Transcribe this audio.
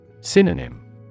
Synonym